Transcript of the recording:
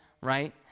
right